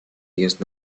dios